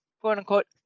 quote-unquote